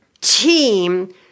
team